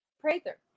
Prather